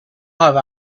have